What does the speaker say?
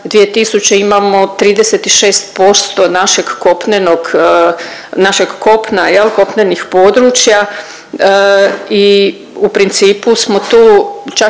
našeg kopna jel kopnenih područja i u principu smo tu čak